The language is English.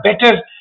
better